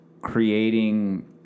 creating